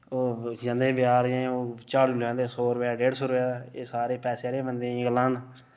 ओह् जंदे बजार झाड़ू इ'यां ओह् लेई औंदे सौ रपेऽ दा डेढ़ सौ रपेऽ दा एह् सारे पैसे आह्ले बंदे दियां गल्लां न